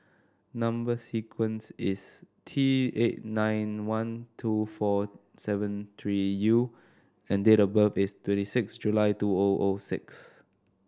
number sequence is T eight nine one two four seven three U and date of birth is twenty six July two O O six